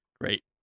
Great